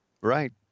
right